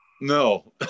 No